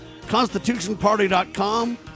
Constitutionparty.com